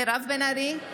מירב בן ארי,